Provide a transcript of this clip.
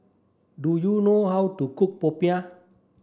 do you know how to cook Popiah